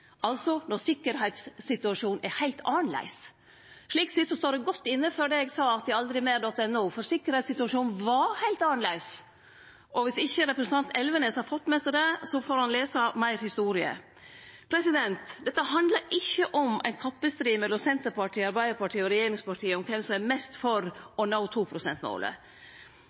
altså når sikkerheitssituasjonen er heilt annleis. Slik sett står eg godt inne for det eg sa til aldrimer.no, for sikkerheitssituasjonen var heilt annleis. Og viss ikkje representanten Elvenes har fått med seg det, får han lese meir historie. Dette handlar ikkje om ein kappestrid mellom Senterpartiet, Arbeidarpartiet og regjeringspartia om kven som er mest for å nå